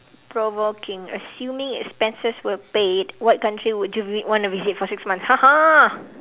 provoking assuming expenses were paid what country would you vi~ want to visit for six months